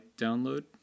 download